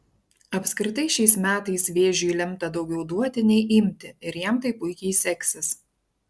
apskritai šiais metais vėžiui lemta daugiau duoti nei imti ir jam tai puikiai seksis